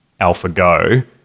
AlphaGo